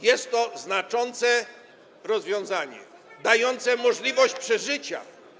Jest to znaczące rozwiązanie, dające możliwość przeżycia.